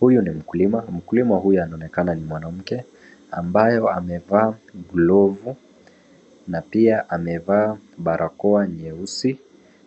Huyu ni mkulima, mkulima huyu anaonekana ni mwanamke ambayo amevaa glovu na pia amevaa barakoa nyeusi,